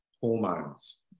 hormones